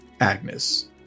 Agnes